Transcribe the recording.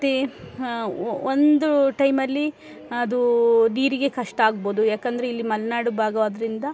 ಮತ್ತು ಒಂದು ಟೈಮಲ್ಲಿ ಅದು ನೀರಿಗೆ ಕಷ್ಟ ಆಗ್ಬೋದು ಯಾಕಂದರೆ ಇಲ್ಲಿ ಮಲೆನಾಡು ಭಾಗವಾದ್ರಿಂದ